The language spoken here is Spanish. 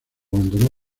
abandonó